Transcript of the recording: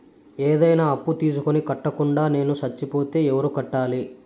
ఏదైనా అప్పు తీసుకొని కట్టకుండా నేను సచ్చిపోతే ఎవరు కట్టాలి?